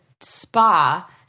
spa